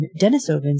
Denisovans